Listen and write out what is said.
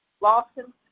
Lawson